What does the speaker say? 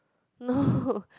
no